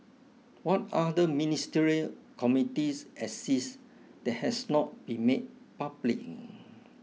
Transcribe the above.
what other ministerial committees exist that has not been made public